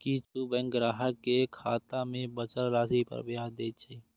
किछु बैंक ग्राहक कें खाता मे बचल राशि पर ब्याज दै छै